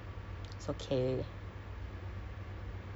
so ya I know kat sini quite bising